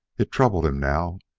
it troubled him now,